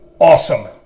awesome